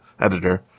editor